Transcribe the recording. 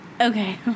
Okay